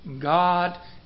God